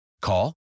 Call